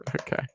Okay